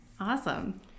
Awesome